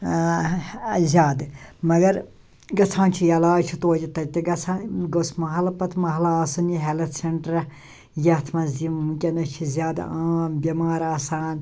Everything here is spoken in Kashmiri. ٲں زیادٕ مگر گَژھان چھُ علاج چھُ توتہِ تَتہِ تہِ گَژھان گوٚژھ مَحلہٕ پَتہٕ مَحلہٕ آسُن یہِ ہیٚلتھ سیٚنٹرہ یتھ مَنٛز یِم ونکیٚس چھِ زیادٕ عام بیٚمار آسان